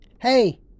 Hey